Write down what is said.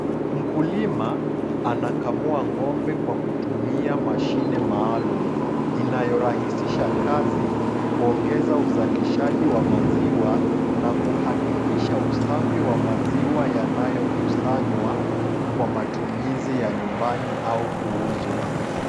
Mkulima anakamua ngombe kwa kutumia mashine maalum inayorahisisha kazi kuongeza uzalishaji wa maziwa na kuhakikisha usafi wa maziwa yanayokusanywa kwa matumizi ya nyumbani au kuuzwa.